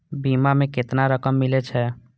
बीमा में केतना रकम मिले छै?